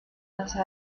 las